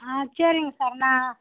ஆ சரிங்க சார் நான்